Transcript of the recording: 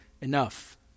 enough